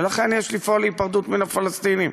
ולכן, יש לפעול להיפרדות מן הפלסטינים,